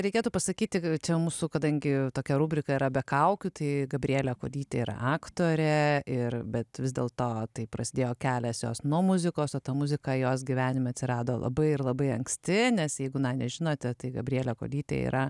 reikėtų pasakyti čia mūsų kadangi tokia rubrika yra be kaukių tai gabrielė kuodytė ir aktorė ir bet vis dėl to taip prasidėjo kelias jos nuo muzikos apie muziką jos gyvenime atsirado labai labai anksti nes jeigu nežinote tai gabrielė kuodytė yra